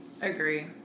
Agree